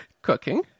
cooking